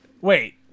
Wait